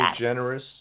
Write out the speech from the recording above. generous